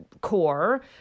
core